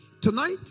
Tonight